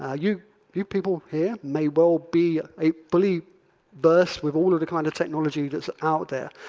ah you you people here may well be a fully versed with all of the kind of technology that's out there.